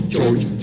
George